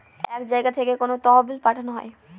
এক জায়গা থেকে কোনো তহবিল পাঠানো হয়